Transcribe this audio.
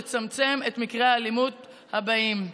לצמצם את מקרי האלימות הבאים.